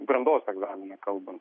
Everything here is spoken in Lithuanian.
brandos egzaminą kalbam